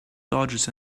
dodges